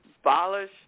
abolish